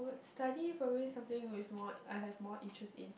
study probably something with more I have more interest in